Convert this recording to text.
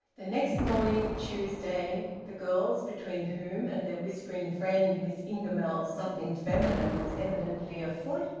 the next morning, tuesday, the girls, between whom and their whispering friend miss ingamells something feminine was evidently afoot,